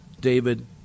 David